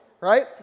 right